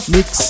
Mix